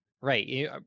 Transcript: right